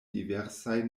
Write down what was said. diversaj